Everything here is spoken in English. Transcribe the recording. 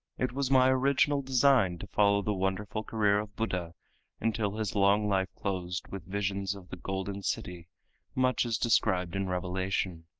it was my original design to follow the wonderful career of buddha until his long life closed with visions of the golden city much as described in revelation,